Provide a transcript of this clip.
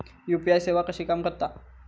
UPI सेवा कशी काम करता?